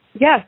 Yes